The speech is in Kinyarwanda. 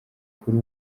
kuri